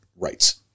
rights